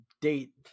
Date